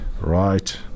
Right